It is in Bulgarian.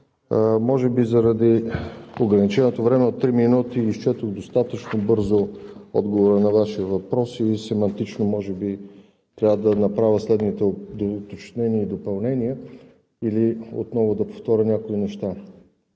Може би заради ограниченото време от три минути изчетох достатъчно бързо отговора на Вашия въпрос и семантично може би трябва да направя следните уточнения и допълнения или отново да повторя някои неща.